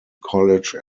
college